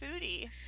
Foodie